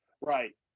Right